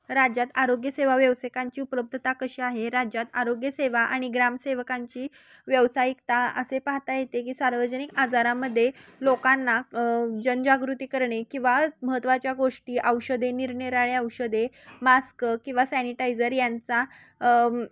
राज्यात आरोग्यसेवा व्यावसायिकांची उपलब्धता कशी आहे राज्यात आरोग्यसेवा आणि ग्रामसेवकांची व्यावसायिकता असे पाहता येते की सार्वजनिक आजारामध्ये लोकांना जनजागृती करणे किंवा महत्त्वाच्या गोष्टी औषधे निरनिराळी औषधे मास्क किंवा सॅनिटायझर यांचा